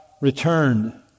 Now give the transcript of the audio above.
returned